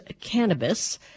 cannabis